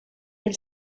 del